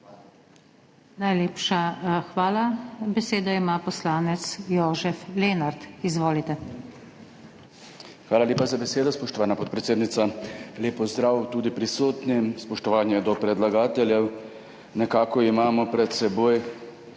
Najlepša hvala. Besedo ima poslanec Jožef Lenart, izvolite. JOŽEF LENART (PS SDS): Hvala lepa za besedo, spoštovana podpredsednica. Lep pozdrav tudi prisotnim! Spoštovanje do predlagateljev. Nekako imamo pred seboj